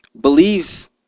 believes